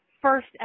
first